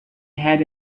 had